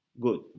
good